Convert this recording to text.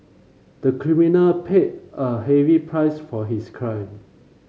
the criminal paid a heavy price for his crime